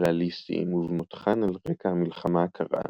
ריאליסטיים ובמותחן על רקע המלחמה הקרה,